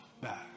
back